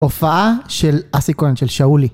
הופעה של אסי כהן של שאולי.